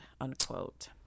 unquote